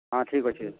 ହଁ ଠିକ୍ ଅଛେ